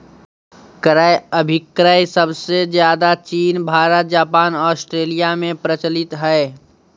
क्रय अभिक्रय सबसे ज्यादे चीन भारत जापान ऑस्ट्रेलिया में प्रचलित हय